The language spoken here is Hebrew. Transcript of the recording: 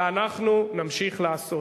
ואנחנו נמשיך לעשות.